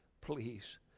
Please